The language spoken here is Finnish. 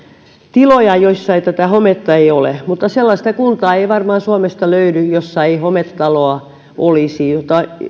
tiloja joissa hometta ei ole sellaista kuntaa ei varmaan suomesta löydy jossa ei hometaloa olisi jotain